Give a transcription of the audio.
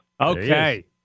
Okay